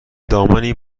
دامنی